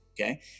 Okay